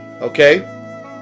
okay